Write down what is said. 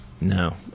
No